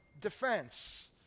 defense